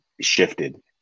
shifted